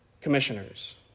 commissioners